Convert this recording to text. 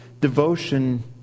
devotion